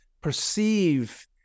perceive